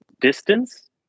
distance